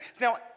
Now